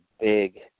big